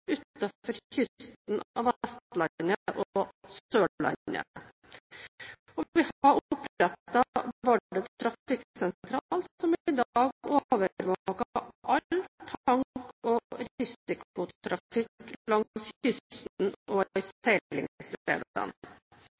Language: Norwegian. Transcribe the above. utenfor kysten av Vestlandet og Sørlandet. Vi har opprettet Vardø trafikksentral, som i dag overvåker all tank- og risikotrafikk langs